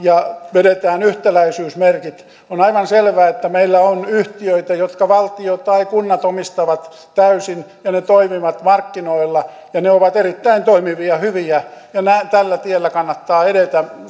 vedetään yhtäläisyysmerkit on aivan selvää että meillä on yhtiöitä jotka valtio tai kunnat omistavat täysin ja ne toimivat markkinoilla ja ne ovat erittäin toimivia ja hyviä tällä tiellä kannattaa edetä